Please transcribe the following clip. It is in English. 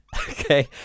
Okay